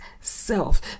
self